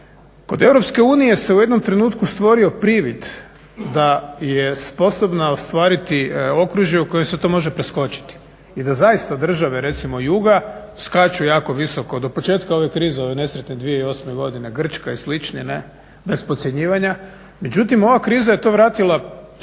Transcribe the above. Kod EU se u jednom trenutku stvorio privid da je sposobna ostvariti okružje u kojem se to može preskočiti i da zaista države recimo juga, skaču jako visoko do početka ove krize ove nesretne 2008.godine Grčka i slični ne, bez podcjenjivanja, međutim ova kriza je to vratila skoro